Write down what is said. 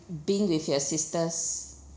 being with your sisters